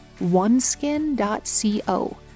oneskin.co